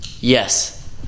yes